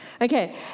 Okay